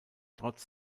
trotz